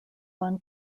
fun